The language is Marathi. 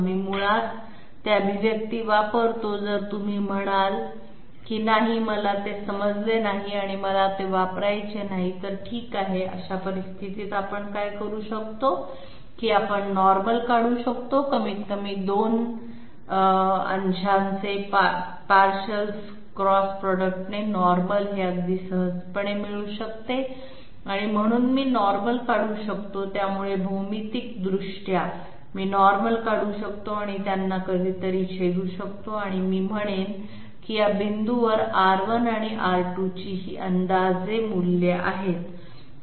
आम्ही मुळात ते अभिव्यक्ती वापरतो जर तुम्ही म्हणाल की नाही मला ते समजले नाही आणि मला ते वापरायचे नाही तर ठीक आहे अशा परिस्थितीत आपण काय करू शकतो की आपण नॉर्मल काढू शकतो कमीत कमी 2 अंशांचे क्रॉस प्रॉडक्ट ने नॉर्मल हे अगदी सहज मिळू शकते आणि म्हणून मी नॉर्मल काढू शकतो त्यामुळे भौमितीयदृष्ट्या मी नॉर्मल काढू शकतो आणि त्यांना कधीतरी छेदू शकतो आणि मी म्हणेन की या बिंदूंवर R1 आणि R2 ची ही अंदाजे मूल्ये आहेत